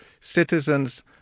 citizens